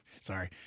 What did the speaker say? sorry